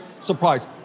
surprise